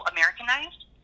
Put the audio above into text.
Americanized